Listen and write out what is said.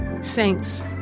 Saints